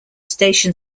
station